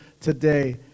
today